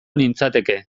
nintzateke